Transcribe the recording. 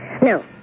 Now